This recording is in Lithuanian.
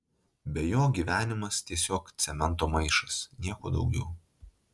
be jo gyvenimas tiesiog cemento maišas nieko daugiau